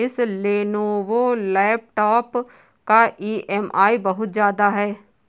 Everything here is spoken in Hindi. इस लेनोवो लैपटॉप का ई.एम.आई बहुत ज्यादा है